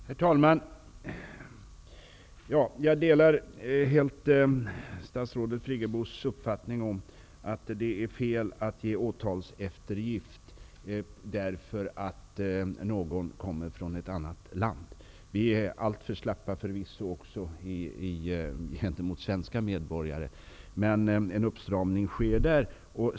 Herr talman! Jag delar helt statsrådet Friggebos uppfattning om att det är fel att ge åtalseftergift till någon därför att denna person kommer från ett annat land. Vi är förvisso alltför slappa även gentemot svenska medborgare. Men det sker en uppstramning i fråga om detta.